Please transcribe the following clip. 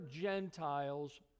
Gentiles